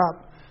up